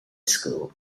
school